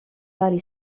vari